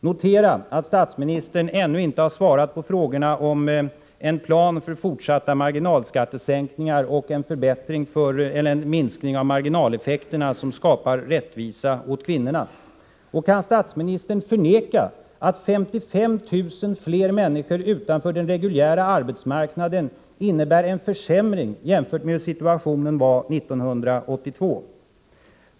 Notera att statsministern ännu inte har svarat på frågorna om en plan för fortsatta marginalskattesänkningar och en minskning av marginaleffekterna som skapar rättvisa åt kvinnorna. Kan statsministern förneka att 55 000 fler människor utanför den reguljära arbetsmarknaden innebär en försämring jämfört med situationen 1982?